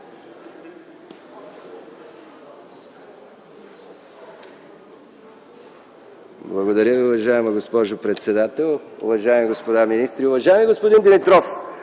Благодаря. Уважаема госпожо председател, уважаеми господа министри, уважаеми господин Костов!